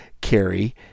Carry